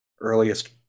earliest